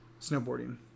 snowboarding